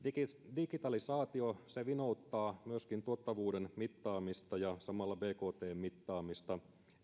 digitalisaatio vinouttaa myöskin tuottavuuden mittaamista ja samalla bktn mittaamista